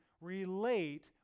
relate